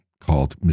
called